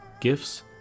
gifts